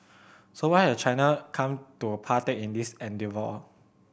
so why has China come to partake in this endeavour